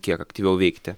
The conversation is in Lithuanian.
kiek aktyviau veikti